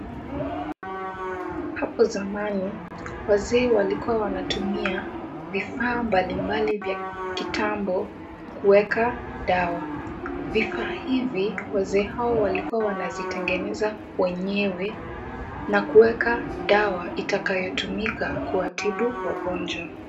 Hapo zamani wazee walikuwa wanatumia vifaa mbalimbali vya kitambo kuweka dawa. Vifaa hivi, wazee hawa walikuwa wanazitengeneza wenyewe na kuweka dawa itakayotumika kuwatibu wagonjwa.